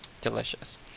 delicious